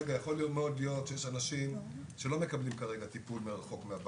שכרגע יכול מאוד להיות שיש אנשים שלא מקבלים כרגע טיפול בבית,